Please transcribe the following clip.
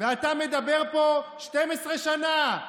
ואתה מדבר פה על 12 שנה.